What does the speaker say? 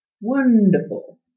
Wonderful